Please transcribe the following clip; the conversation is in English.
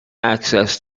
access